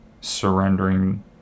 surrendering